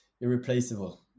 irreplaceable